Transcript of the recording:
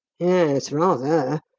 yes rather!